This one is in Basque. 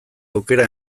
aukera